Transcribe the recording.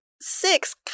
Six